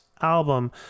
album